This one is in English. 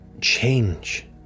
change